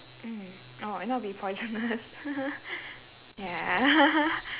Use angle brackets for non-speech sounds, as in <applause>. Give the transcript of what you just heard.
mm oh if not will be poisonous <laughs> ya <laughs>